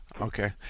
Okay